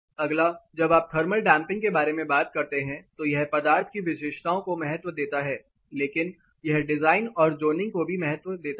अगला जब आप थर्मल डैंपिंग के बारे में बात करते हैं तो यह पदार्थ की विशेषताओं को महत्व देता है लेकिन यह डिजाइन और ज़ोनिंग को भी महत्व देता है